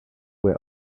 were